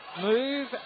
move